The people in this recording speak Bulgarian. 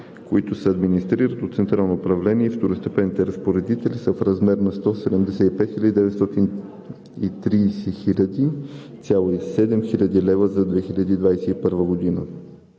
които се администрират от Централно управление и второстепенните разпоредители, са в размер на 175 930,7 хил. лв. за 2021 г.